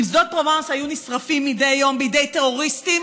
אם שדות פרובנס היו נשרפים מדי יום בידי טרוריסטים?